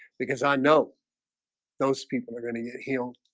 because i know those people are going ah healed.